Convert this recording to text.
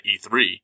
E3